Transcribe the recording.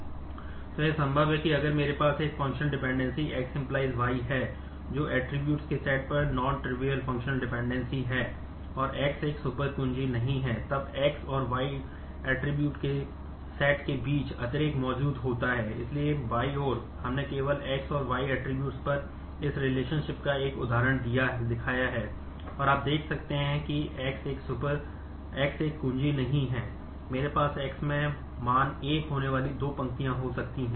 तो यह संभव है कि अगर मेरे पास एक फंक्शनल डिपेंडेंसी X → Y है जो ऐट्रिब्यूट्स नहीं है मेरे पास X में मान 1 होने वाली दो पंक्तियाँ हो सकती हैं